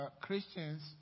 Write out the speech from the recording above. Christians